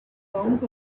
count